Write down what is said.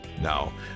Now